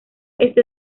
este